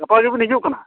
ᱜᱟᱯᱟ ᱜᱮᱵᱤᱱ ᱦᱤᱡᱩᱜ ᱠᱟᱱᱟ